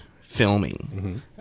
filming